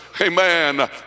amen